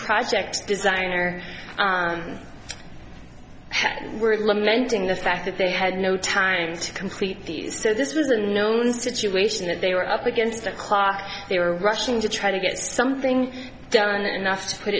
projects designer were lamenting the fact that they had no time to complete these so this was a known situation that they were up against a clock they were rushing to try to get something done enough to put